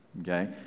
okay